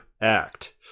act